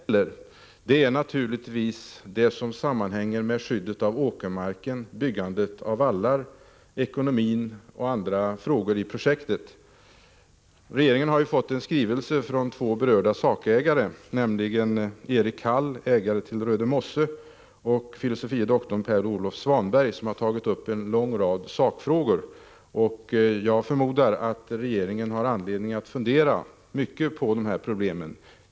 Herr talman! De viktiga punkter det gäller är naturligtvis de som sammanhänger med skyddet av åkermark, byggandet av vallar, ekonomin och andra frågor i projektet. Regeringen har fått en skrivelse från två berörda sakägare — Erik Hall, ägare till Rödemosse, och filosofie doktor Per-Olof Svanberg — som har tagit upp en lång rad sakfrågor. Jag förmodar att regeringen har anledning att fundera mycket på dessa problem.